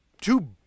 two